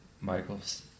Michael's